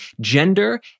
gender